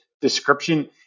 description